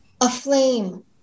aflame